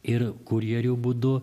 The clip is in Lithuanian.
ir kurjerių būdu